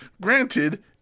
Granted